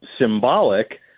symbolic